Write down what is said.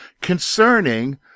concerning